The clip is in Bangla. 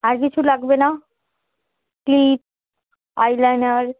আর কিছু লাগবে না ক্লিপ আইলাইনার